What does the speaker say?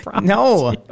No